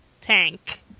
Tank